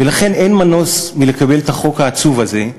ולכן אין מנוס מלקבל את החוק העצוב הזה,